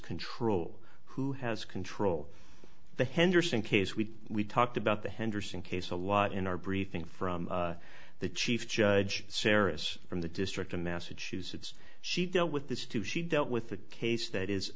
control who has control the henderson case we talked about the henderson case a lot in our briefing from the chief judge seris from the district of massachusetts she dealt with this too she dealt with a case that is